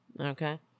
okay